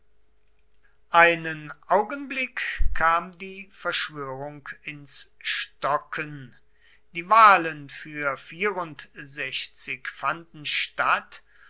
einen augenblick kam die verschwörung ins stocken die wahlen für fanden statt